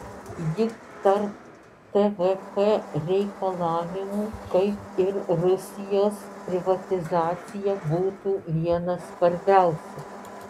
juk tarp tvf reikalavimų kaip ir rusijos privatizacija būtų vienas svarbiausių